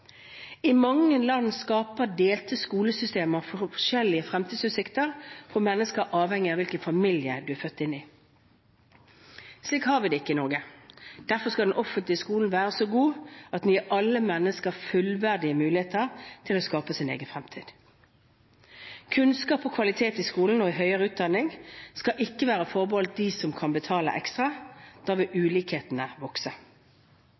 I mange land skaper delte skolesystem forskjellige fremtidsutsikter for mennesker avhengig av hvilken familie de er født inn i. Slik har vi det ikke i Norge. Derfor skal den offentlige skolen være så god at den gir alle mennesker fullverdige muligheter til å skape sin egen fremtid. Kunnskap og kvalitet i skolen og i høyere utdanning skal ikke være forbeholdt de som kan betale ekstra. Da vil ulikhetene vokse.